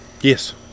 Yes